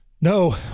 No